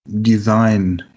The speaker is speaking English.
design